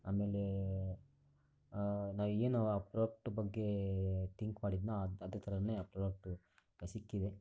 ಆಮೇಲೆ ನಾನು ಏನು ಆ ಪ್ರಾಪ್ಟ್ ಬಗ್ಗೆ ತಿಂಕ್ ಮಾಡಿದ್ದೆನೋ ಅದು ಅದೇ ಥರನೇ ಆ ಪ್ರಾಪ್ಟು ಸಿಕ್ಕಿದೆ